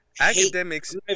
academics